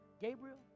Gabriel